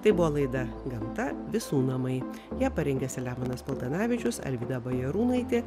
tai buvo laida gamta visų namai ją parengė selemonas paltanavičius alvyda bajarūnaitė